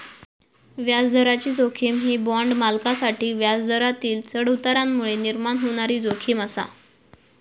व्याजदराची जोखीम ही बाँड मालकांसाठी व्याजदरातील चढउतारांमुळे निर्माण होणारी जोखीम आसा